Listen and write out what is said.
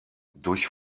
durch